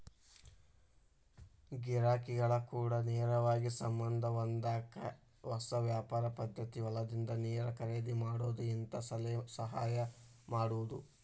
ಗಿರಾಕಿಗಳ ಕೂಡ ನೇರವಾಗಿ ಸಂಬಂದ ಹೊಂದಾಕ ಹೊಸ ವ್ಯಾಪಾರ ಪದ್ದತಿ ಹೊಲದಿಂದ ನೇರ ಖರೇದಿ ಮಾಡುದು ಹಿಂತಾ ಸಲಹೆ ಸಹಾಯ ಮಾಡುದು